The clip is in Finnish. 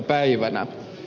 päivänä